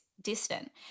distant